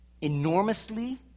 enormously